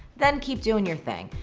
then keep doing your thing.